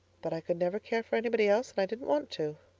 but i could never care for anybody else and i didn't want to.